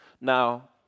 Now